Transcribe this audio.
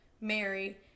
Mary